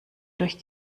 durch